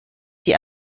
die